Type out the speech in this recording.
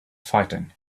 fighting